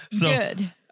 Good